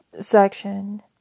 section